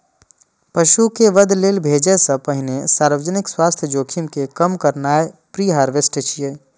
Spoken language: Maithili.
पशु कें वध लेल भेजै सं पहिने सार्वजनिक स्वास्थ्य जोखिम कें कम करनाय प्रीहार्वेस्ट छियै